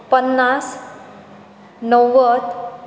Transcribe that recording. पन्नास णव्वद